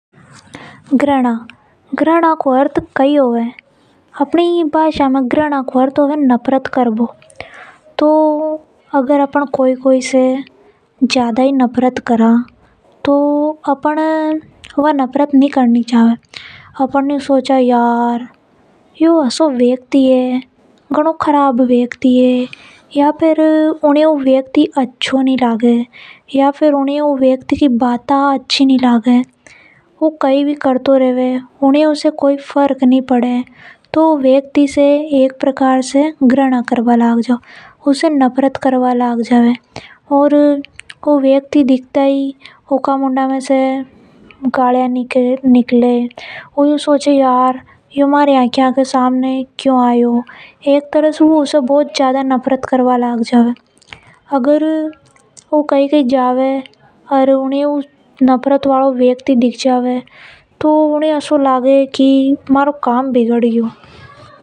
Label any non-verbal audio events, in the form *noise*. घृणा को अपनी भाषा में मतलब होवे नफरत कर भा वालो। तो अपन कोई कोई से ज्यादा ही नफरत करा तो अपन ये वा नी करणी चाव जो व्यक्ति नफरत करे वे घणा खराब होवे है। या फिर उन्हें वो व्यक्ति अच्छों कोनी लागे वो व्यक्ति कई भी करता रेवे उने कोई फर्क नि पड़े। *hesitation* घृणा को यो ही मतलब होवे है।